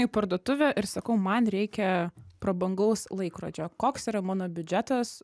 į parduotuvę ir sakau man reikia prabangaus laikrodžio koks yra mano biudžetas